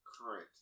current